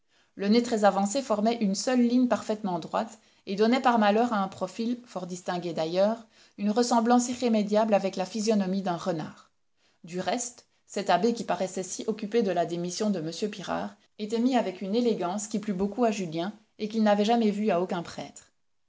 le nez très avancé formait une seule ligne parfaitement droite et donnait par malheur à un profil fort distingué d'ailleurs une ressemblance irrémédiable avec la physionomie d'un renard du reste cet abbé qui paraissait si occupé de la démission de m pirard était mis avec une élégance qui plut beaucoup à julien et qu'il n'avait jamais vue à aucun prêtre